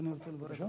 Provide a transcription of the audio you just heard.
ואני רוצה, בבקשה?